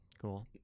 cool